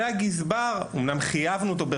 אמנם חייבנו את הגזבר,